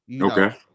Okay